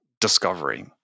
discovery